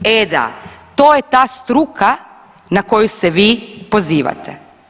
E da, to je ta struka na koju se vi pozivate.